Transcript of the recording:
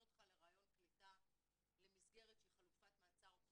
אותך לריאיון קליטה למסגרת שהיא חלופת מעצר או